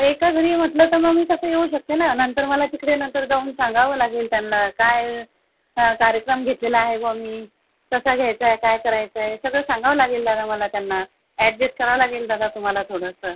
एका घरी म्हटलं तर मग मी तसं येऊ शकते नं नंतर मला तिकडे नंतर जाऊन सांगावं लागेल त्यांना काय कार्यक्रम घेतलेला आहे बुवा मी कसा घ्यायचा आहे काय करायचंय सगळं सांगावं लागेल दादा मला त्यांना ॲडजेस्ट करावं लागेल दादा तुम्हाला थोडंसं